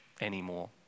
anymore